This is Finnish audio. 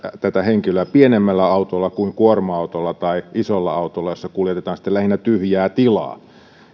tätä henkilöä pienemmällä autolla kuin kuorma autolla tai isolla autolla jossa kuljetetaan sitten lähinnä tyhjää tilaa